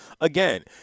again